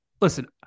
Listen